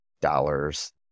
dollars